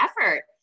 effort